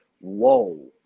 whoa